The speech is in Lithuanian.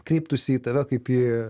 kreiptųsi į tave kaip į